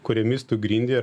kuriomis tu grindi ar